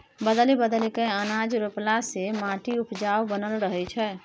बदलि बदलि कय अनाज रोपला से माटि उपजाऊ बनल रहै छै